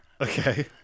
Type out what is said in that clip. Okay